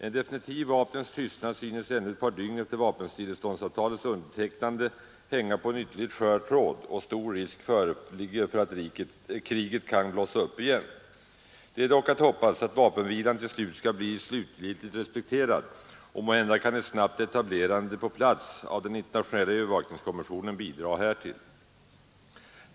En definitiv vapnens tystnad synes ännu ett par dygn efter vapenstilleståndsavtalets undertecknande hänga på en ytterligt skör tråd, och stor risk föreligger för att kriget kan blossa upp igen. Det är dock att hoppas att vapenvilan till slut skall bli slutligt respekterad och måhända kan ett snabbt etablerande på plats av den internationella övervakningskommissionen bidra härtill.